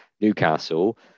Newcastle